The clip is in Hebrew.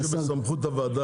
זה לא דברים שבסמכות הוועדה.